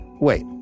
Wait